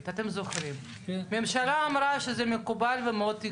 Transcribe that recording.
אתה משאיר את זה לשיקול דעתו של הבנק, נכון?